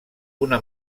una